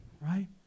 right